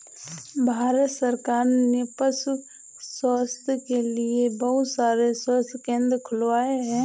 भारत सरकार ने पशु स्वास्थ्य के लिए बहुत सारे स्वास्थ्य केंद्र खुलवाए हैं